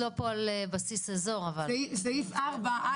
או ארבעה